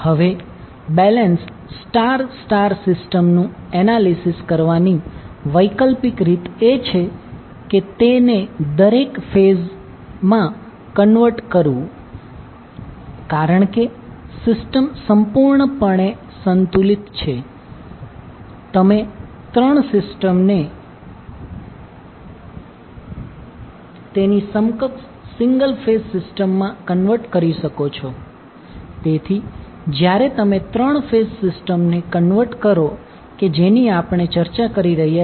હવે balance star star system નું analysis કરવાની વૈકલ્પિક રીત એ છે કે તેને દરેક ફેઝમાં કન્વર્ટ કરવું કારણ કે સિસ્ટમ સંપૂર્ણપણે સંતુલિત છે તમે ત્રણ સિસ્ટમને તેની સમકક્ષ સિંગલ ફેઝ સિસ્ટમ માં કન્વર્ટ કરી શકો છો તેથી જ્યારે તમે 3 ફેઝ સિસ્ટમને કન્વર્ટ કરો કે જેની આપણે ચર્ચા કરી રહ્યા છીએ